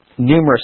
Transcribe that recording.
numerous